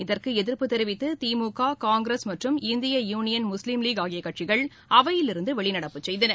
இதற்குஎதிர்ப்பு தெரிவித்துதிமுக காங்கிரஸ் மற்றும் இந்திய யூனியன் முஸ்லீம் லீக் ஆகியகட்சிகள் அவையில் இருந்துவெளிநடப்பு செய்தன